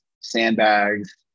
sandbags